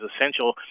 essential